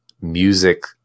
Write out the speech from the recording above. music